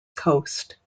coast